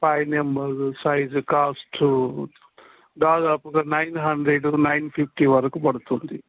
five number size cost దాదపు ఒక nine hundred nine fifty వరకు పడుతుంది